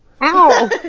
Ow